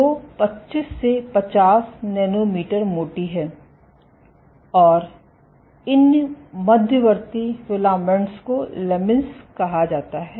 जो 25 से 50 नैनोमीटर मोटी है और इन मध्यवर्ती फिलामेंट्स को लमीन्स कहा जाता है